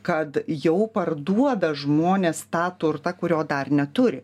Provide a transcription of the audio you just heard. kad jau parduoda žmonės tą turtą kurio dar neturi